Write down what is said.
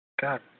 God